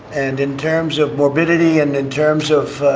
and in terms of morbidity and in terms of